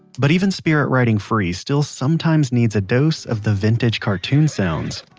but even spirit riding free still sometimes needs a dose of the vintage cartoon sounds.